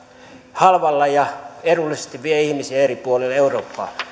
halvalla ja edullisesti vie ihmisiä eri puolille eurooppaa